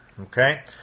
Okay